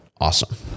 Awesome